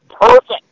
perfect